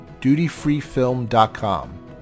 dutyfreefilm.com